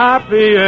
Happy